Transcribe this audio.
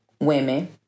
women